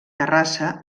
terrassa